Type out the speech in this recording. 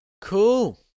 Cool